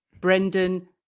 Brendan